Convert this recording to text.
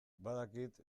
badakit